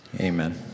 amen